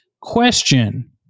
Question